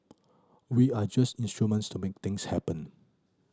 we are just instruments to make things happen